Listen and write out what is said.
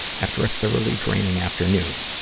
after a thoroughly draining afternoon.